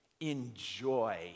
enjoy